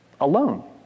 alone